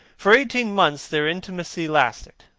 for eighteen months their intimacy lasted.